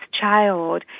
child